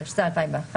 התשס"א(2001,